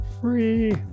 free